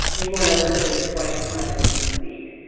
you want to listen twice as much as you speak.